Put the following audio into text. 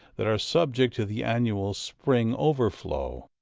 that are subject to the annual spring overflow.